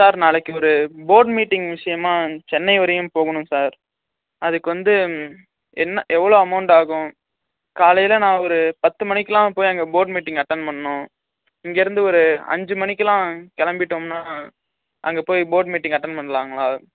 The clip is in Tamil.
சார் நாளைக்கு ஒரு போர்ட் மீட்டிங் விஷயமா சென்னை வரையும் போகணும் சார் அதுக்கு வந்து என்ன எவ்வளோ அமௌண்ட் ஆகும் காலையில் நான் ஒரு பத்து மணிக்குல்லாம் போய் அங்கே போய் போர்ட் மீட்டிங் அட்டன் பண்ணணும் இங்கேருந்து ஒரு அஞ்சு மணிக்குல்லாம் கிளம்பிட்டோம்னா அங்கே போய் போர்ட் மீட்டிங் அட்டன் பண்ணலாங்களா